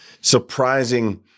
surprising